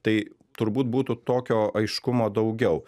tai turbūt būtų tokio aiškumo daugiau